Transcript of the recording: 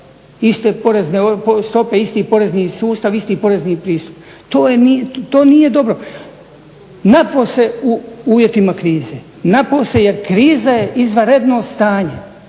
isti porezni sustav, isti porezni pristup. To nije dobro napose u uvjetima krize, napose jer kriza je izvanredno stanje.